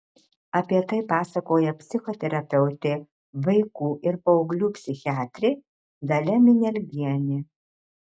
apie tai pasakoja psichoterapeutė vaikų ir paauglių psichiatrė dalia minialgienė